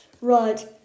right